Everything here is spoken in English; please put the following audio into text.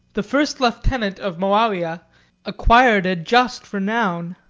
the first lieutenant of moawiyah acquired a just renown,